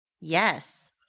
Yes